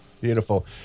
Beautiful